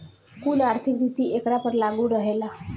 कुल आर्थिक नीति एकरा पर लागू रहेला